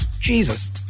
Jesus